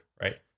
right